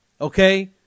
okay